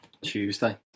Tuesday